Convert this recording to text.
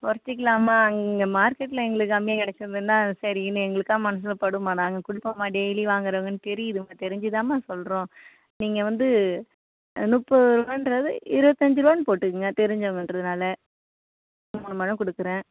குறச்சிக்கிலாம்மா இங்கே மார்க்கெட்டில் எங்களுக்கு கம்மியாக கிடச்சிதுன்னா சரினு எங்களுக்கா மனசில் படும்மா நாங்கள் கொடுப்போம்மா டெய்லி வாங்குறவங்கனு தெரியுது தெரிஞ்சு தாம்மா சொல்கிறோம் நீங்கள் வந்து முப்பது ரூபான்றது இருபத்தஞ்சு ரூபானு போட்டுக்குங்க தெரிஞ்சவங்கன்றதுனாலே முத முத கொடுக்குறேன்